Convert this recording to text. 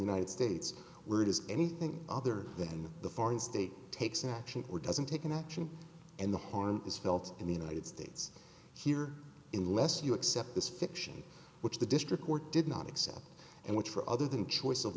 united states where it is anything other than the foreign state takes action or doesn't take an action and the harm is felt in the united states here in less you accept this fiction which the district court did not accept and which for other than choice of